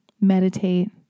meditate